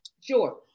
Sure